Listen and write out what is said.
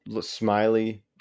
smiley